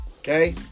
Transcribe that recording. Okay